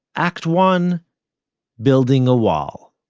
act one building a wall.